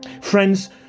Friends